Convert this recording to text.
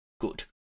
good